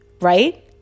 right